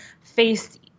faced